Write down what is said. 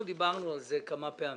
דיברנו על זה כמה פעמים.